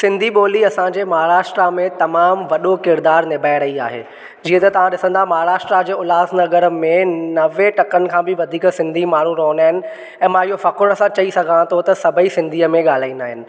सिन्धी ॿोली असांजे महाराष्ट्रा में तमामु वॾो किरिदारु निभाए रही आहे जीअं त तव्हां ॾिसन्दा महाराष्ट्रा जो उल्हासनगर में नवे टकनि खां बि वधीक सिन्धी माण्हू रहंदा आहिनि ऐं मां इहो फ़ख़ुर सां चई सघां थो त सभई सिन्धीअ में ॻाल्हाईन्दा आहिनि